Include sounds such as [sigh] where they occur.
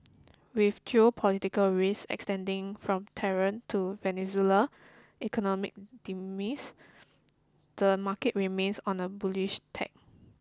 with geopolitical risk extending from Tehran to Venezuela economic [unintelligible] the market remains on a bullish tack